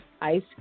ice